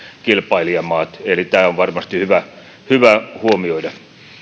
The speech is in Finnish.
kilpailijamaamme ovat eli tämä on varmasti hyvä hyvä huomioida